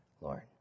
Lord